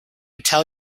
tell